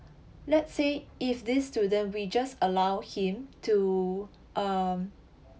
let's say if this student we just allow him to um